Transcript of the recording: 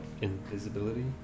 invisibility